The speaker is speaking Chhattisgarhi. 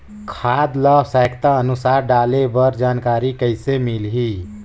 खाद ल आवश्यकता अनुसार डाले बर जानकारी कइसे मिलही?